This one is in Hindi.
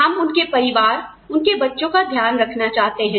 हम उनके परिवार उनके बच्चों का ध्यान रखना चाहते हैं